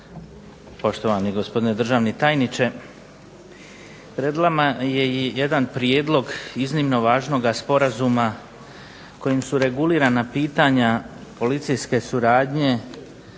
poštovani gospodine državni tajniče. Pred nama je jedan prijedlog iznimno važnoga sporazuma kojim su regulirana pitanja policijske suradnje